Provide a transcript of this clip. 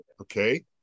Okay